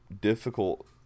difficult